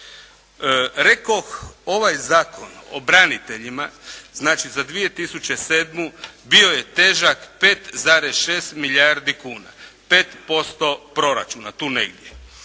Rekoh, ovaj Zakon o braniteljima, znači za 2007. bio je težak 5,6 milijardi kuna, 5% proračuna, tu negdje.